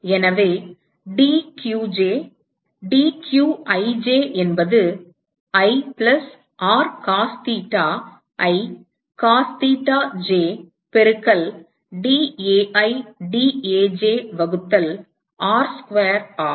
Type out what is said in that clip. எனவே dqj dqij என்பது i plus r cos theta i cos theta j பெருக்கல் dAi dAj வகுத்தல் R square ஆகும்